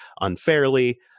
unfairly